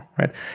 right